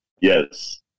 Yes